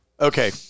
Okay